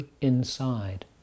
inside